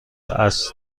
است